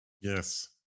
Yes